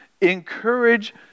encourage